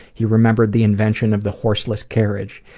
he remembered the invention of the horseless carriage,